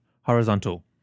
horizontal